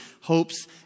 hopes